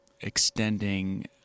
extending